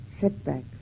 setbacks